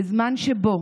בזמן שבו